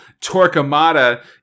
Torquemada